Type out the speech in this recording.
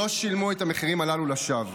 לא שילמו את המחירים הללו לשווא.